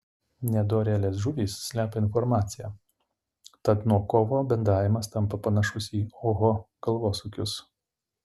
nedorėlės žuvys slepia informaciją tad nuo kovo bendravimas tampa panašus į oho galvosūkius